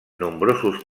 nombrosos